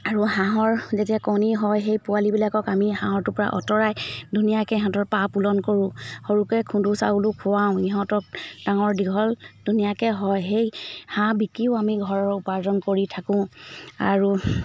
আৰু হাঁহৰ যেতিয়া কণী হয় সেই পোৱালিবিলাকক আমি হাঁহটোৰ পৰা অঁতৰাই ধুনীয়াকৈ সিহঁতৰ পা পুলন কৰো সৰুকৈ খুন্দো চাউলো খুৱাওঁ সিহঁতক ডাঙৰ দীঘল ধুনীয়াকৈ হয় সেই হাঁহ বিকিও আমি ঘৰৰ উপাৰ্জন কৰি থাকো আৰু